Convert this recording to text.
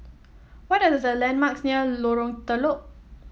what are the landmarks near Lorong Telok